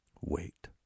Wait